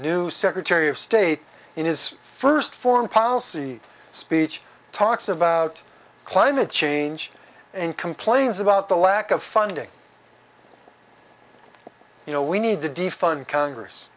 new secretary of state in his first foreign policy speech talks about climate change and complains about the lack of funding you know we need to defund congress